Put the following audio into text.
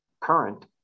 current